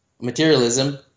materialism